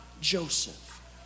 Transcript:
Joseph